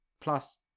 plus